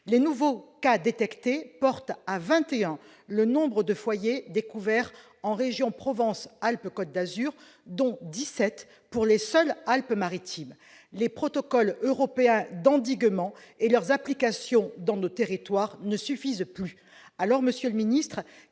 Les nouveaux cas détectés portent à vingt et un le nombre de foyers découverts en région Provence-Alpes-Côte d'Azur, dont dix-sept dans le seul département des Alpes-Maritimes. Les protocoles européens d'endiguement et leur application dans nos territoires ne suffisent plus. Monsieur le ministre,